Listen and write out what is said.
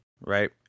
right